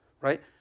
right